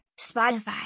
Spotify